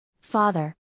Father